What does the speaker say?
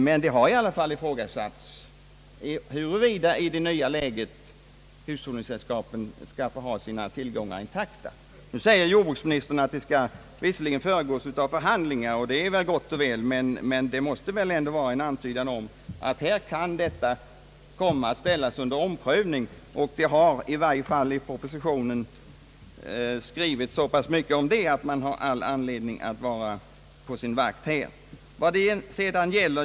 Men det har i alla fall ifrågasatts huruvida hushållningssällskapen i det nya läget skall få behålla sina tillgångar intakta. Nu anför jordbruksministern att beslutet i denna fråga visserligen skall föregås av förhandlingar, och det är gott och väl, men det måste ändå utgöra en antydan om att frågan kan komma att ställas under omprövning. Det har i varje fall i propositionen skrivits så pass mycket om detta, att man har all anledning att vara på sin vakt.